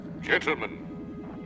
Gentlemen